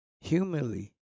humanly